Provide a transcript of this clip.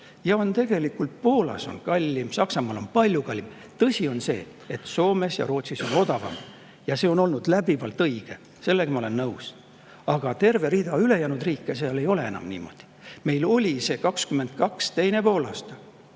tulnud alla. Poolas on kallim, Saksamaal on palju kallim. Tõsi on see, et Soomes ja Rootsis on odavam, ja see on olnud läbivalt õige, sellega ma olen nõus. Aga terves reas ülejäänud riikides ei ole enam niimoodi. Meil oli see nii 2022. aasta